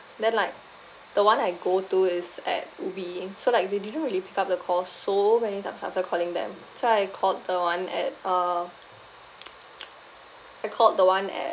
then like the one I go to is at ubi so like they didn't really pick up the call so many times after calling them so I called the one at uh I called the one at